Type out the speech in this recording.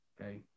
okay